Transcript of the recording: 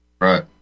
Right